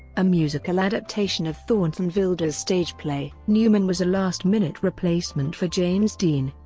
a musical adaptation of thornton wilder's stage play. newman was a last-minute replacement for james dean.